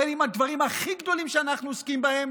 בין הדברים הכי גדולים שאנחנו עוסקים בהם,